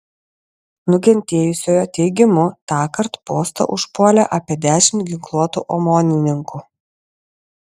nukentėjusiojo teigimu tąkart postą užpuolė apie dešimt ginkluotų omonininkų